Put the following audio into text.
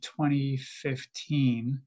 2015